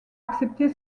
accepter